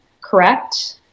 correct